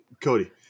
Cody